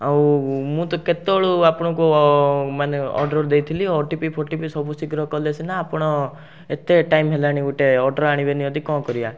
ଆଉ ମୁଁ ତ କେତେବେଳୁ ଆପଣଙ୍କୁ ମାନେ ଅର୍ଡ଼ର୍ ଦେଇଥିଲି ଓଟିପିଫୋଟିପି ସବୁ ଶୀଘ୍ର କଲେ ସିନା ଆପଣ ଏତେ ଟାଇମ୍ ହେଲାଣି ଗୋଟେ ଅର୍ଡ଼ର୍ ଆଣିବେନି ଯଦି କ'ଣ କରିବା